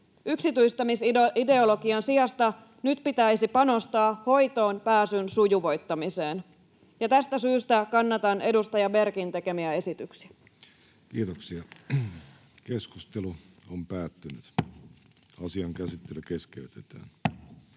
yksityistämisideologian sijasta nyt pitäisi panostaa hoitoonpääsyn sujuvoittamiseen. Tästä syystä kannatan edustaja Bergin tekemiä esityksiä. Ensimmäiseen käsittelyyn esitellään